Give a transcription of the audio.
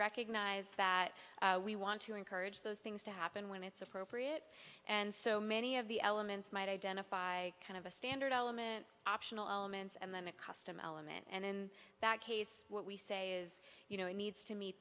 recognize that we want to encourage those things to happen when it's appropriate and so many of the elements might identify kind of a standard element optional elements and then a custom element and in that case what we say is you know it needs to meet